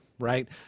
right